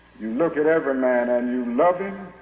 you look at every man, and you love him